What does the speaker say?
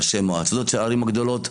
ראשי מועצות של הערים הגדולות,